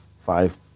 five